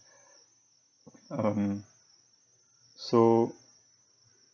um so